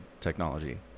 technology